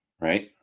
right